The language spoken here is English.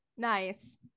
Nice